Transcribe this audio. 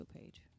page